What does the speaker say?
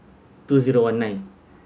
two zero one nine